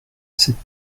cette